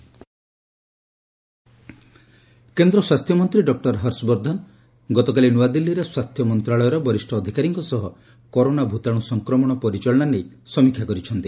corona review କେନ୍ଦ୍ର ସ୍ୱାସ୍ଥ୍ୟମନ୍ତ୍ରୀ doctor Harsh Vardhan ଗତକାଲି ନୂଆଦିଲ୍ଲୀରେ ସ୍ୱାସ୍ଥ୍ୟ ମନ୍ତ୍ରଣାଳୟର ବରିଷ୍ଠ ଅଧିକାରୀଙ୍କ ସହ କରୋନା ଭୂତାଣୁ ସଂକ୍ରମଣ ପରିଚାଳନା ନେଇ ସମୀକ୍ଷା କରିଛନ୍ତି